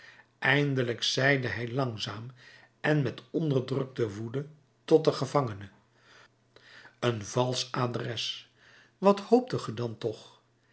eindelijk zeide hij langzaam en met onderdrukte woede tot den gevangene een valsch adres wat hooptet ge dan toch